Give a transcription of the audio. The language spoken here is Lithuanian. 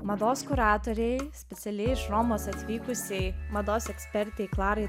mados kuratorei specialiai iš romos atvykusiai mados ekspertei klarai